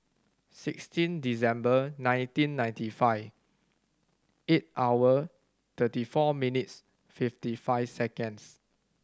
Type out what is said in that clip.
sixteen December nineteen ninety five eight hour thirty four minutes fifty five seconds